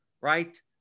right